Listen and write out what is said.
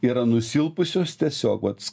yra nusilpusios tiesiog vat